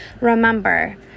Remember